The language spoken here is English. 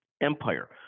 empire